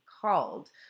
called